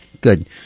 Good